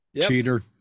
Cheater